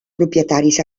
propietaris